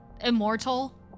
immortal